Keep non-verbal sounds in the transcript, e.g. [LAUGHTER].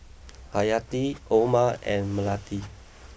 [NOISE] Haryati Omar and Melati